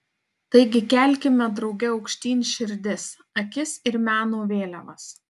taigi kelkime drauge aukštyn širdis akis ir meno vėliavas